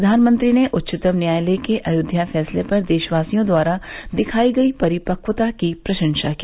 प्रधानमंत्री ने उच्चतम न्यायालय के अयोध्या फैसले पर देशवासियों द्वारा दिखाई गई परिपक्वता की प्रशंसा की